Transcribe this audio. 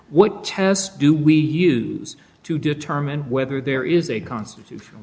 what test do we use to determine whether there is a constitution